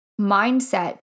mindset